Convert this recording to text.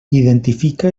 identifica